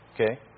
Okay